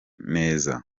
neza